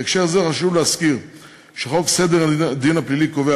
בהקשר זה חשוב להזכיר שחוק סדר הדין הפלילי קובע